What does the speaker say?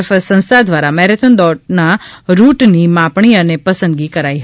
F સંશ્થા દ્વારા marathon દોડના રૂટની માપણી અને પસંદગી કરાઇ હતી